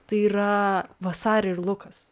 tai yra vasarė ir lukas